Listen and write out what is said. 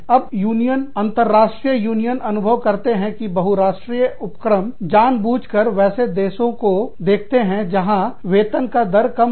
अब यूनियन अंतर्राष्ट्रीय यूनियन अनुभव करते हैं कि बहुराष्ट्रीय उपक्रम जानबूझकर वैसे देश को देखते हैं जहां वेतन का दर कम है